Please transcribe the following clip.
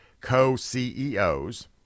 co-CEOs